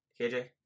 KJ